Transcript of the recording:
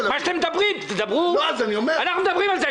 והדבר השני: